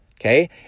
okay